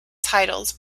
titles